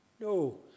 No